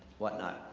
what not.